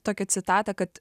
tokią citatą kad